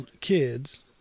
kids